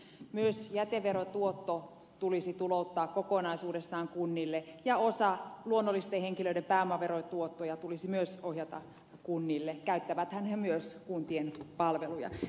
myös jäteverotuotto tulisi tulouttaa kokonaisuudessaan kunnille ja osa luonnollisten henkilöiden pääomaverotuotoista tulisi myös ohjata kunnille käyttäväthän he myös kuntien palveluja